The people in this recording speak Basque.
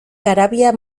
garabia